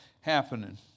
happening